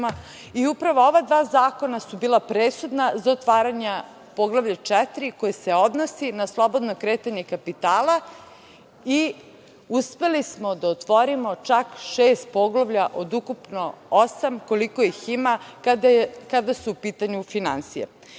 Upravo, ova dva zakona su bila presudna za otvaranje Poglavlje 4 koje se odnosi na slobodno kretanje kapitala i uspeli smo da otvorimo čak šest poglavlja od ukupno osam koliko ih ima kada su u pitanju finansije. To